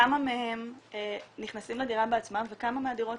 כמה מהם נכנסים לדירה בעצמם וכמה מהדירות